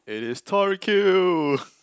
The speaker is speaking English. it is Tori Q